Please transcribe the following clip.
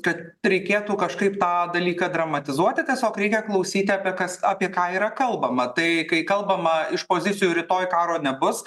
kad reikėtų kažkaip tą dalyką dramatizuoti tiesiog reikia klausyti apie kas apie ką yra kalbama tai kai kalbama iš pozicijų rytoj karo nebus